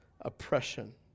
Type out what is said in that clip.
oppression